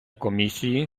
комісії